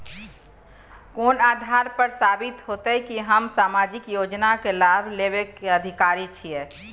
कोन आधार पर साबित हेते की हम सामाजिक योजना के लाभ लेबे के अधिकारी छिये?